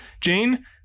Jane